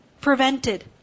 prevented